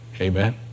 Amen